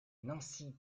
nancy